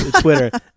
Twitter